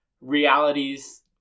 realities